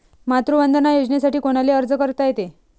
मातृवंदना योजनेसाठी कोनाले अर्ज करता येते?